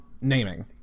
Naming